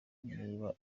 niba